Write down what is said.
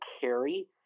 carry